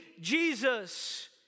Jesus